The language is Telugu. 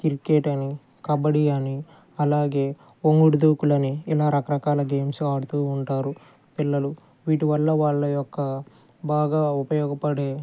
క్రికెట్ అని కబడీ అని అలాగే వొంగుడు దూకులని ఇలాగ రకరకాల గేమ్స్ ఆడుతూ ఉంటారు పిల్లలు వీటి వల్ల వాళ్ళ యొక్క బాగా ఉపయోగపడే